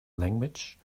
language